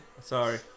Sorry